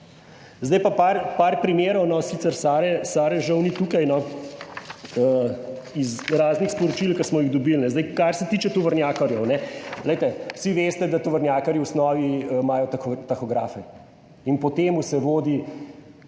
Zdaj pa par primerov. No, sicer Sare, Sare žal ni tukaj, iz raznih sporočil, ki smo jih dobili. Kar se tiče tovornjakarjev, ne, glejte. Vsi veste, da tovornjakarji v osnovi imajo tahografe in po tem vse vodi,